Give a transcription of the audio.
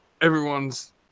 everyone's